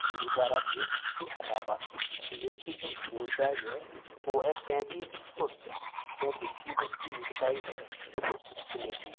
गुरुद्वारा भी है इसके अलावा इस क़िले की जो ऊँचाई है वो है पैंतीस फुट पैंतीस फीट इसकी ऊँचाई है इस क़िले की